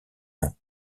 nom